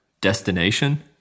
destination